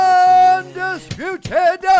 undisputed